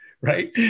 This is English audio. right